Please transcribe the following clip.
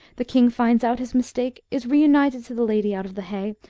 the king finds out his mistake, is reunited to the lady out of the hay,